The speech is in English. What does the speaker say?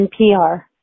NPR